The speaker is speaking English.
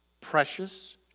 precious